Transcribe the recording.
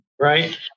right